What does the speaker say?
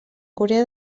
corea